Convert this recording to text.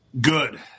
Good